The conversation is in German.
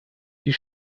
die